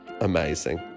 amazing